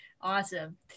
Awesome